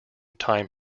time